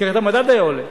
כי אחרת המדד היה עולה,